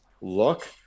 look